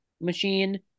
machine